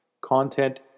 Content